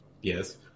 Yes